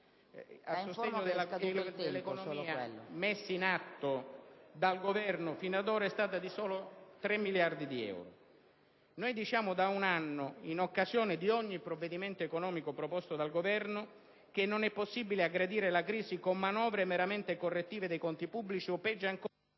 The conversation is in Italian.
a sostegno dell'economia messi in atto dal Governo fino ad ora è stata di soli 3 miliardi di euro. Noi diciamo da un anno, in occasione di ogni provvedimento economico proposto dal Governo, che non è più possibile aggredire la crisi con manovre meramente correttive dei conti pubblici o, peggio ancora,